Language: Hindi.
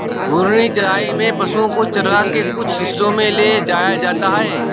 घूर्णी चराई में पशुओ को चरगाह के कुछ हिस्सों में ले जाया जाता है